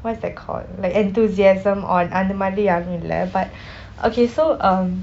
what's that called like enthusiasm on அந்த மாதிரி யாருமில்லை:antha mathiri yaarumillei but okay so